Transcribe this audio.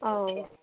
অ'